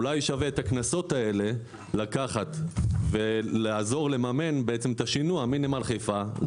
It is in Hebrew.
אולי שווה את הקנסות הללו לקחת ולעזור לממן את השינוע מנמל חיפה.